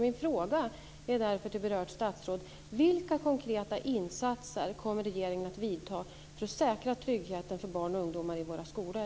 Min fråga till berört statsråd är därför vilka konkreta insatser regeringen kommer att vidta för att säkra tryggheten för barn och ungdomar i våra skolor.